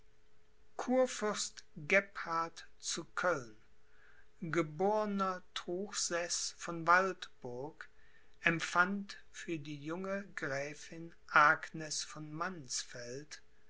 zu köln geborner truchseß von waldburg empfand für die junge gräfin agnes von mannsfeld